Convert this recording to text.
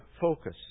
focus